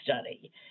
study